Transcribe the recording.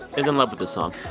is in love with this song.